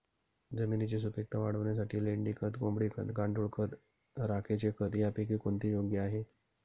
जमिनीची सुपिकता वाढवण्यासाठी लेंडी खत, कोंबडी खत, गांडूळ खत, राखेचे खत यापैकी कोणते योग्य आहे?